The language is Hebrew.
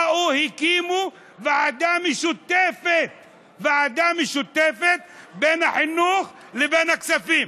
באו והקימו ועדה משותפת בין החינוך לבין כספים.